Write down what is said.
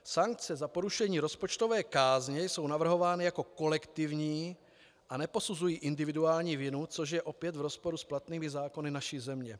Sankce za porušení rozpočtové kázně jsou navrhovány jako kolektivní a neposuzují individuální vinu, což je opět v rozporu s platnými zákony naší země.